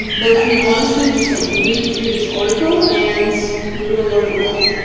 but i mean, honestly just like read through this article, and you're gonna learn a lot.